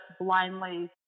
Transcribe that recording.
blindly